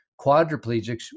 quadriplegics